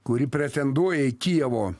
kuri pretenduoja į kijevo